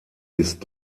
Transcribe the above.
ist